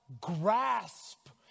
grasp